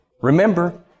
Remember